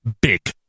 big